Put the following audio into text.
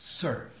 Serve